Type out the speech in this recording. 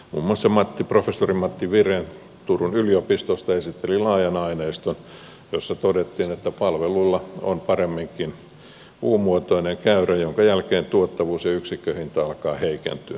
muun muassa professori matti viren turun yliopistosta esitteli laajan aineiston jossa todettiin että palvelulla on paremminkin un muotoinen käyrä minkä jälkeen tuottavuus ja yksikköhinta alkavat heikentyä